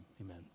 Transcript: amen